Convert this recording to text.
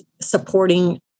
supporting